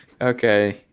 okay